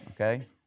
Okay